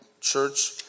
church